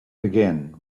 again